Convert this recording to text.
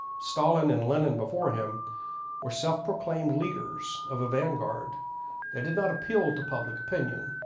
stalin and lenin before him were self-proclaimed leaders of a vanguard that did not appeal to public opinion,